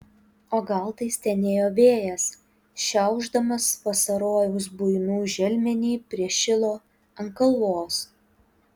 o gal tai stenėjo vėjas šiaušdamas vasarojaus buinų želmenį prie šilo ant kalvos